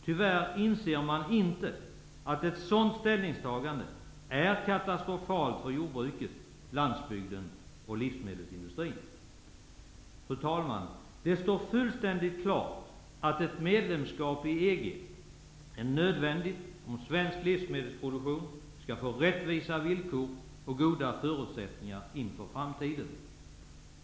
Tyvärr inser man inte att ett sådant ställningstagande är katastrofalt för jordbruket, landsbygden och livsmedelsindustrin. Fru talman! Det står helt klart att ett medlemskap i EG är nödvändigt om svensk livsmedelsproduktion skall få rättvisa villkor och goda förutsättningar inför framtiden.